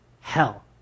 hell